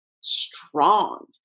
strong